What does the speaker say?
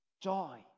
Joy